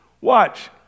Watch